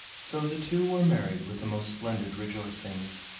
so the two were married with the most splendid rejoicings,